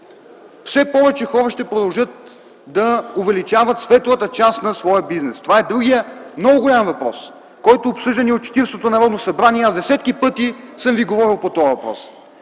все повече хора ще продължат да увеличават светлата част на своя бизнес. Това е другият много голям въпрос, който обсъждаме от 40-то Народно събрание и аз десетки пъти съм ви говорил по този въпрос.